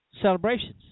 celebrations